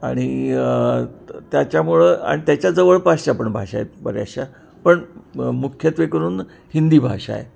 आणि त्याच्यामुळं आणि त्याच्या जवळपासच्या पण भाषा आहेत बऱ्याचशा पण म मुख्यत्वेकरून हिंदी भाषा आहे